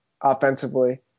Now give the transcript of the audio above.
offensively